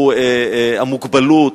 המוגבלות,